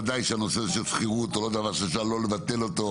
ודאי שהנושא של שכירות הוא לא דבר שאפשר לבטל אותו,